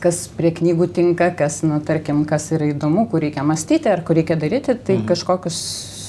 kas prie knygų tinka kas nu tarkim kas yra įdomu kur reikia mąstyti ar kur reikia daryti tai kažkokius